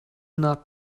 not